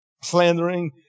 slandering